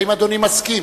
האם אדוני מסכים?